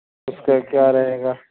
اس کا کیا رہے گا